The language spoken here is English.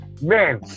man